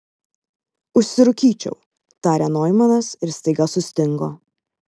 užsirūkyčiau tarė noimanas ir staiga sustingo